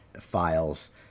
files